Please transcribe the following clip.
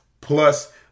plus